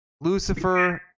Lucifer